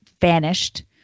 vanished